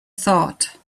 thought